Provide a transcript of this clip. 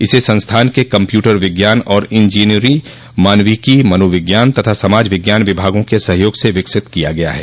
इसे संस्थान के कम्प्यूटर विज्ञान और इंजीनियरी मानविकी मनोविज्ञान तथा समाज विज्ञान विभागों के सहयोग से विकसित किया गया है